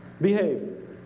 Behave